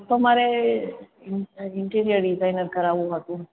તો મારે interior designer કરાવવું હતું